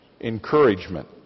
encouragement